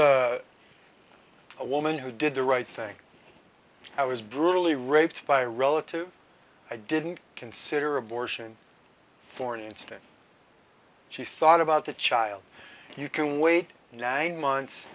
a woman who did the right thing i was brutally raped by a relative i didn't consider abortion for an instant she thought about the child you can wait nine months